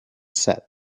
set